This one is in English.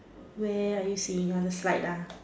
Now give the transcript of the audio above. where are you seeing other slide ah